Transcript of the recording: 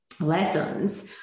lessons